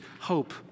hope